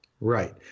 Right